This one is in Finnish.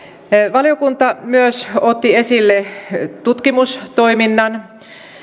valiokunta otti esille myös tutkimustoiminnan